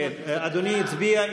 אדוני הצביע.